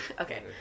Okay